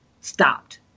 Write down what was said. stopped